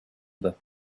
that